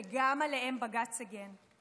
וגם עליהם בג"ץ הגן.